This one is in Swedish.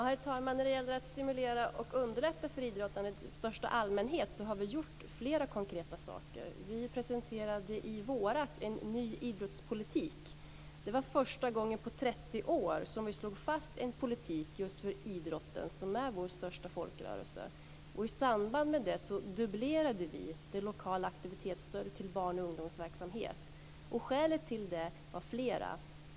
Herr talman! När det gäller att stimulera och underlätta för idrottandet i största allmänhet har vi gjort flera konkreta saker. Vi presenterade i våras en ny idrottspolitik. Det var första gången på 30 år som vi slog fast en politik just för idrotten som är vår största folkrörelse. I samband med det dubblerade vi det lokala aktivitetsstödet till barn och ungdomsverksamhet. Skälen till det var flera.